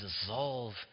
dissolve